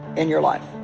in your life